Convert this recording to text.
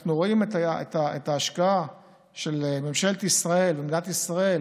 כשאנחנו רואים את ההשקעה של ממשלת ישראל ומדינת ישראל